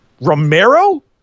Romero